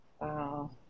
Wow